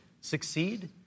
succeed